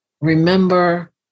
Remember